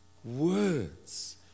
words